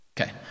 Okay